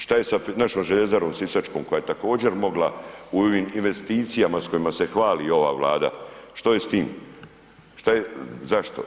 Što je sa našom željezarom sisačkom, koja je također mogla, u investicijama s kojima se hvali ova vlada, što je s tim, zašto?